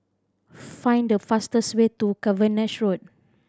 find the fastest way to Cavenagh Road